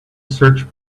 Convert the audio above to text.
search